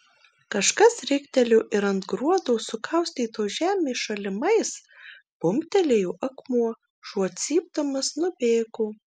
kažkas riktelėjo ir ant gruodo sukaustytos žemės šalimais bumbtelėjo akmuo šuo cypdamas nubėgo